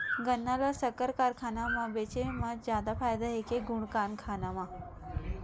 गन्ना ल शक्कर कारखाना म बेचे म जादा फ़ायदा हे के गुण कारखाना म?